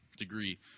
Degree